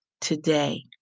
today